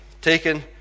taken